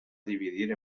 dividir